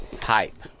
pipe